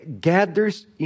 gathers